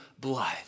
blood